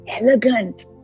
elegant